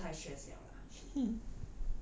新加坡太 stress 了 lah